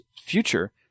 future